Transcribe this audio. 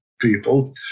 people